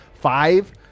five